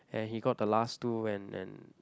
and he got the last two and and